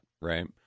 right